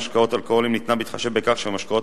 משקאות אלכוהוליים ניתנה בהתחשב בכך שמשקאות